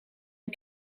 een